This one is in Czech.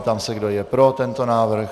Ptám se, kdo je pro tento návrh.